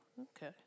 Okay